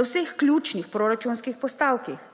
na vseh ključnih proračunskih postavkah.